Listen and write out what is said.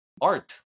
Art